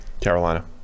Carolina